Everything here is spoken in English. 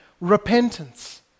repentance